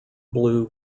blue